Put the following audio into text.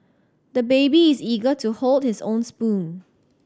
the baby is eager to hold his own spoon